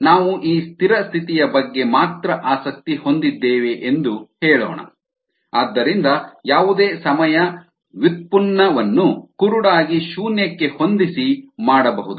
ನಾವು ಈ ಸ್ಥಿರ ಸ್ಥಿತಿಯ ಬಗ್ಗೆ ಮಾತ್ರ ಆಸಕ್ತಿ ಹೊಂದಿದ್ದೇವೆ ಎಂದು ಹೇಳೋಣ ಆದ್ದರಿಂದ ಯಾವುದೇ ಸಮಯ ವ್ಯುತ್ಪನ್ನವನ್ನು ಕುರುಡಾಗಿ ಶೂನ್ಯಕ್ಕೆ ಹೊಂದಿಸಿ ಮಾಡಬಹುದು